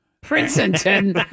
Princeton